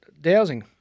Dowsing